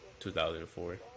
2004